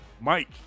Mike